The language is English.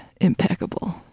impeccable